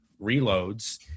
reloads